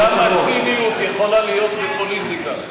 כמה ציניות יכולה להיות בפוליטיקה?